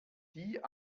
die